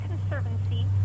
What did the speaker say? Conservancy